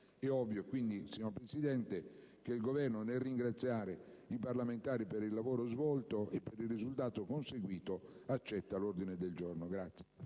È ovvio quindi, signor Presidente, che il Governo, nel ringraziare i parlamentari per il lavoro svolto e per il risultato conseguito, accoglie l'ordine del giorno.